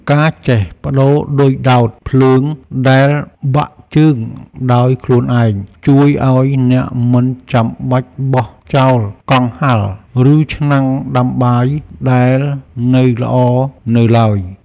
ការចេះប្តូរឌុយដោតភ្លើងដែលបាក់ជើងដោយខ្លួនឯង ជួយឱ្យអ្នកមិនចាំបាច់បោះចោលកង្ហារ ឬឆ្នាំងដាំបាយដែលនៅល្អនៅឡើយ។